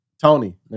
Tony